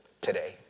today